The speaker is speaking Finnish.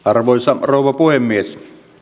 arvoisa rouva puhemies